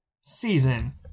season